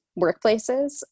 workplaces